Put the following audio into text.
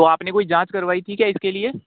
तो आपने कोई जाँच करवाई थी क्या इसके लिए